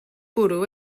bwrw